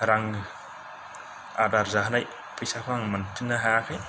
रां आदार जाहोनाय फैसाखौ आं मोनफिननो हायाखै